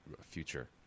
future